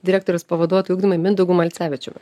direktorės pavaduotoju ugdymui mindaugu malcevičiumi